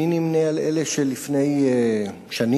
אני נמנה עם אלה שלפני שנים,